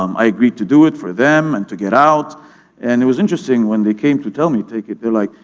um i agreed to do it for them and to get out and it was interesting when they came to tell me to take it, they're like,